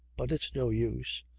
but it's no use.